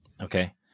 Okay